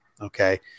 okay